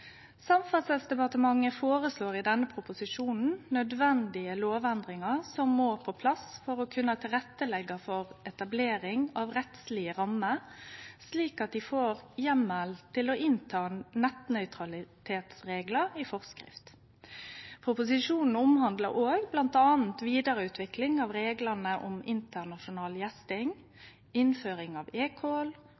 Samferdselsdepartementet føreslår i denne proposisjonen nødvendige lovendringar som må på plass for å kunne leggje til rette for etablering av rettslege rammer, slik at ein får heimel til å ta inn nettnøytralitetsreglar i forskrift. Proposisjonen omhandlar òg bl.a. vidareutvikling av reglane om internasjonal gjesting,